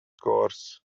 course